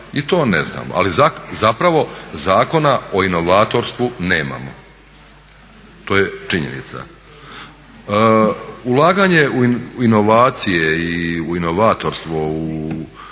i to ne znamo, ali zapravo Zakona o inovatorstvu nemao, to je činjenica. Ulaganje u inovacije i u inovatorstvo u